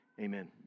amen